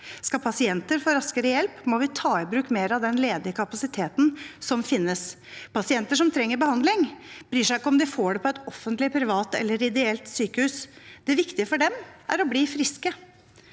Skal pasienter få raskere hjelp, må vi ta i bruk mer av den ledige kapasiteten som finnes. Pasienter som trenger behandling, bryr seg ikke om de får det på et offentlig, privat eller ideelt drevet sykehus. Det viktige for dem er å bli friske.